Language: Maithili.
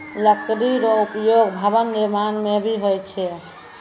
लकड़ी रो उपयोग भवन निर्माण म भी होय छै